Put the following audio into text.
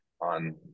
on